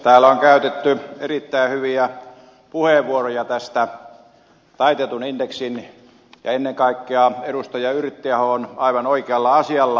täällä on käytetty erittäin hyviä puheenvuoroja tästä taitetusta indeksistä ja ennen kaikkea edustaja yrttiaho on aivan oikealla asialla